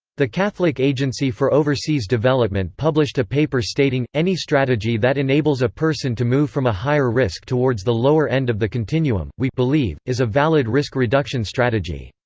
the catholic agency for overseas development published a paper stating, any strategy that enables a person to move from a higher-risk towards the lower end of the continuum, believe, is a valid risk reduction strategy.